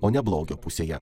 o ne blogio pusėje